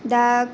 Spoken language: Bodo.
दा